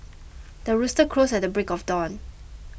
the rooster crows at the break of dawn